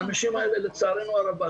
לצערנו הרב.